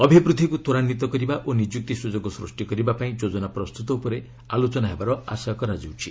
ଅଭିବୃଦ୍ଧିକୁ ତ୍ୱରାନ୍ୱିତ କରିବା ଓ ନିଯୁକ୍ତି ସୁଯୋଗ ସୃଷ୍ଟି କରିବା ପାଇଁ ଯୋଜନା ପ୍ରସ୍ତୁତ ଉପରେ ଆଲୋଚନା ହେବାର ଆଶା କରାଯାଉଛି